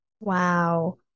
Wow